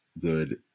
good